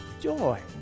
joy